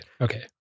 Okay